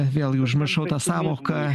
vėl užmiršau tą sąvoką